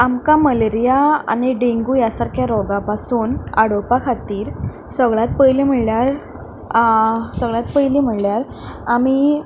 आमकां मलेरिया आनी डेंगू ह्या रोगां पसून आडोवपा खातीर सगल्यांत पयलीं म्हणल्यार सगल्यांत पयलीं म्हणल्यार आमी